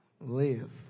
live